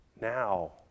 now